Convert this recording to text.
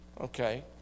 Okay